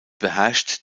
beherrscht